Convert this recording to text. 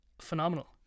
phenomenal